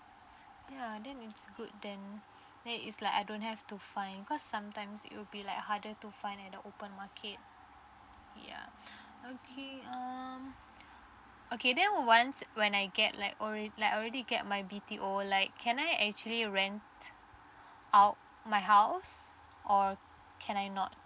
ya that is good then then is like I don't have to find because sometimes it will be like harder to find at a open market yeah okay um okay then once when I get like alrea~ like already get my B_T_O like can I actually rent out my house or can I not